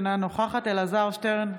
אינה נוכחת אלעזר שטרן,